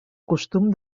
costum